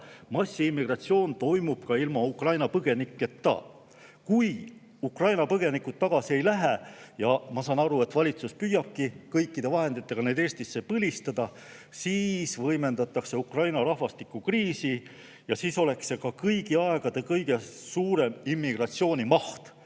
massiimmigratsioon toimub ka ilma Ukraina põgeniketa. Kui Ukraina põgenikud tagasi ei lähe – ja ma saan aru, et valitsus püüabki kõikide vahenditega neid Eestis põlistada –, siis võimendatakse Ukraina rahvastikukriisi ja see oleks kõigi aegade kõige suurema mahuga immigratsioon